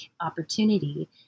opportunity